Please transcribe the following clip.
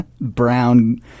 brown